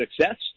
success